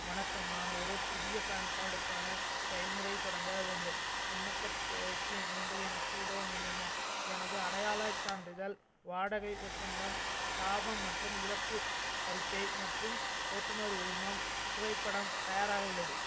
வணக்கம் நான் ஒரு புதிய பான் கார்டுக்கான செயல்முறையைத் தொடங்க வேண்டும் விண்ணப்பத் தேவைக்கு நீங்கள் எனக்கு உதவ முடியுமா எனது அடையாளச் சான்றிதழ் வாடகை ஒப்பந்தம் இலாபம் மற்றும் இழப்பு அறிக்கை மற்றும் ஓட்டுநர் உரிமம் புகைப்படம் தயாராக உள்ளது